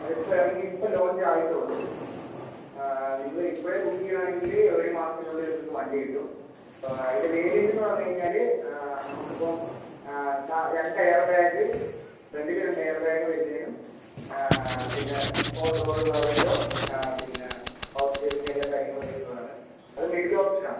അത് ഇപ്പം ഇറങ്ങി ഇപ്പം ലോഞ്ച് ആയിട്ടെ ഉള്ളൂ നിങ്ങൾ ഇപ്പോഴേ ബുക്ക് ചെയ്യാണെങ്കിൽ ഒരു മാസത്തിനുള്ളിൽ നിങ്ങൾക്ക് വണ്ടി കിട്ടും അതിന്റെ വേരിയൻറ്റ്ന്ന് പറഞ്ഞ് കഴിഞ്ഞാൽ നമുക്കിപ്പം നാ രണ്ട് എയർ ബാഗ് ഫ്രണ്ടിൽ രണ്ട് എയർ ബാഗ് വരുന്നേനും പിന്നെ ഫോർ ഡോറ് പവർ വിൻഡോ പിന്നെ പവർ സ്റ്റിയറിംഗ് എല്ലാ കാര്യങ്ങളും വരുന്നതാണ് അത് മിഡിൽ ഓപ്ഷനാണ്